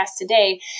today